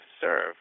serve